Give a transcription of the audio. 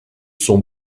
sont